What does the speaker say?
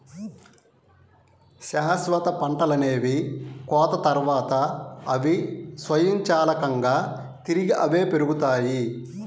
శాశ్వత పంటలనేవి కోత తర్వాత, అవి స్వయంచాలకంగా తిరిగి అవే పెరుగుతాయి